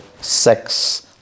sex